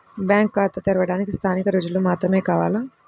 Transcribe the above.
Bank ఖాతా తెరవడానికి స్థానిక రుజువులు మాత్రమే కావాలా?